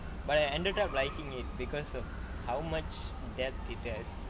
but I ended up liking it because of how much they're detest